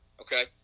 okay